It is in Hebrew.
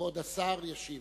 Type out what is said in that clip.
כבוד השר ישיב.